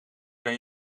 kan